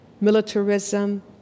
militarism